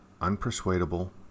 unpersuadable